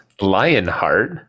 lionheart